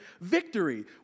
victory